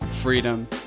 freedom